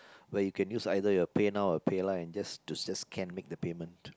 where you can use either your PayNow or PayNow and just to just can make the payment